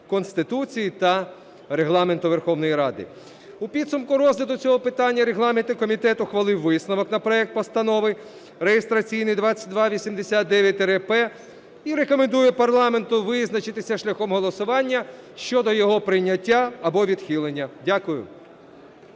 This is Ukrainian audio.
Конституції та Регламенту Верховної Ради. У підсумку розгляду цього питання регламентний комітет ухвалив висновок на проект Постанови реєстраційний 2289-П і рекомендує парламенту визначитися шляхом голосування щодо його прийняття або відхилення. Дякую.